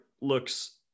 looks